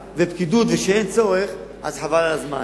כשאין צורך אז חבל על הזמן.